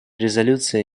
резолюция